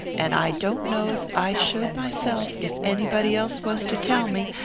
and i don't know's i should myself if anybody else was to tell me,